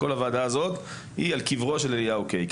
כל הוועדה הזאת היא על קברו של אליהו קיי,